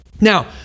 Now